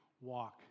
walk